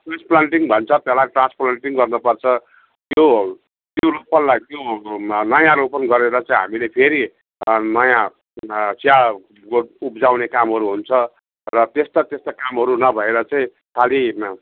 transplanting भन्छ त्यसलाई transplanting गर्न पर्छ त्यो त्यो रोपनलाई त्यो नयाँ रोपन गरेर चाहिँ हामीले फेरि नयाँ चिया को उब्जाउने कामहरू हुन्छ र त्यस्ता त्यस्ता कामहरू नभएर चाहिँ खालि